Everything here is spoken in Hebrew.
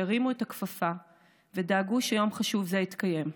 שהרימו את הכפפה ודאגו שיום חשוב זה יתקיים.